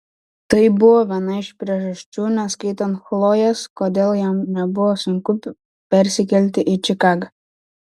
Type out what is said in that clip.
tai buvo viena iš priežasčių neskaitant chlojės kodėl jam nebuvo sunku persikelti į čikagą